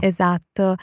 Esatto